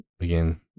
again